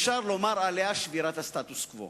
אפשר לומר עליה: שבירת הסטטוס-קוו.